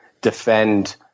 defend